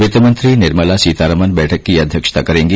वित्त मंत्री निर्मला सीतारामन बैठक की अध्यक्षता करेंगी